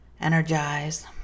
energized